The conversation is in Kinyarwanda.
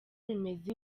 bimeze